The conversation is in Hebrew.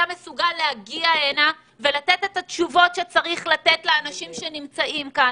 מסוגל להגיע הנה ולתת תשובות לאנשים שנמצאים כאן,